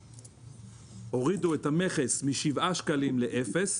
הורידו את המכס משבעה שקלים לאפס,